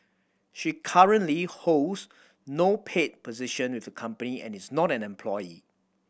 she currently holds no paid position with the company and is not an employee